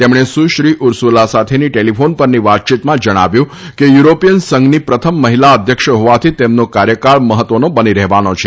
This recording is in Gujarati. તેમણે સુશ્રી ઉર્સલા સાથેની ટેલીફોન પરની વાતયીતમાં જણાવ્યું હતું કે યુરોપીયન સંઘની પ્રથમ મહિલા અધ્યક્ષ હોવાથી તેમનો કાર્યકાળ મહત્વનો બની રહેવાનો છે